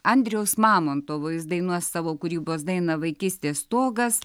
andriaus mamontovo jis dainuos savo kūrybos dainą vaikystės stogas